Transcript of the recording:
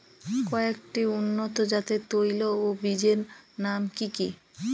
কয়েকটি উন্নত জাতের তৈল ও বীজের নাম কি কি?